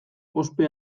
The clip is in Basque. ospe